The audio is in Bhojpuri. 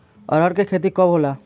अरहर के खेती कब होला?